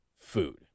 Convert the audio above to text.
food